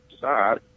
side